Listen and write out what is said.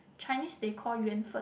Chinese they call 缘分